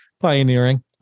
pioneering